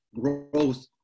Growth